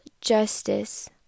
justice